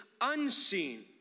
unseen